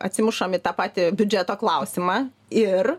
atsimušam į tą patį biudžeto klausimą ir